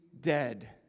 dead